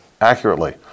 accurately